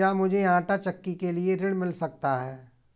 क्या मूझे आंटा चक्की के लिए ऋण मिल सकता है?